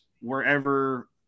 wherever